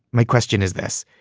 my question is this.